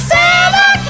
Santa